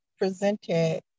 presented